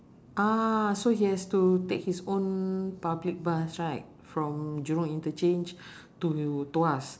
ah so he has to take his own public bus right from jurong interchange to tuas